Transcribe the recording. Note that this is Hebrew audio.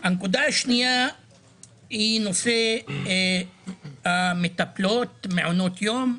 הנקודה השנייה היא נושא המטפלות במעונות היום.